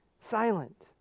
silent